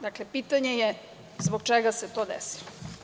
Dakle, pitanje je – zbog čega se to desilo?